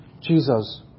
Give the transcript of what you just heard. Jesus